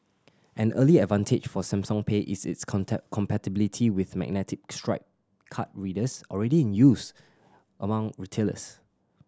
an early advantage for Samsung Pay is its compatibility with magnetic stripe card readers already in use among retailers